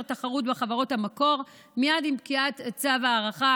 תחרות בחברות המקור מייד עם פקיעת צו ההארכה.